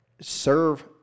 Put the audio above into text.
serve